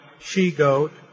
she-goat